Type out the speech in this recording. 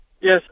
Yes